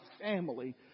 family